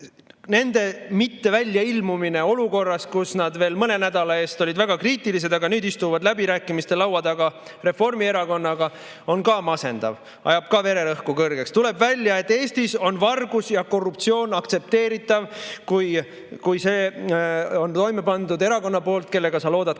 Nende mitteväljailmumine olukorras, kus nad veel mõne nädala eest olid väga kriitilised, aga nüüd istuvad läbirääkimiste laua taga koos Reformierakonnaga, on ka masendav, seegi ajab vererõhku kõrgeks. Tuleb välja, et Eestis on vargus ja korruptsioon aktsepteeritav, kui see on toime pandud erakonna poolt, kellega sa loodad